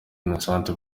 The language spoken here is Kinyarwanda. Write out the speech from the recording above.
innocente